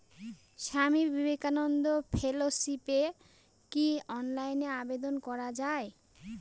স্বামী বিবেকানন্দ ফেলোশিপে কি অনলাইনে আবেদন করা য়ায়?